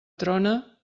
trona